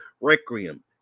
Requiem